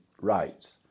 rights